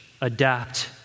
adapt